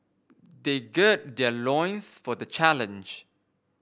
they gird their loins for the challenge